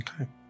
Okay